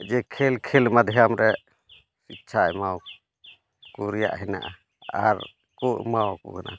ᱡᱮ ᱠᱷᱮᱹᱞ ᱠᱷᱮᱹᱞ ᱢᱟᱭᱫᱷᱚᱢ ᱨᱮ ᱥᱤᱪᱪᱷᱟ ᱮᱢᱟ ᱠᱚ ᱨᱮᱭᱟᱜ ᱦᱮᱱᱟᱜᱼᱟ ᱟᱨ ᱠᱚ ᱮᱢᱟ ᱠᱚ ᱠᱟᱱᱟ